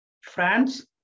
France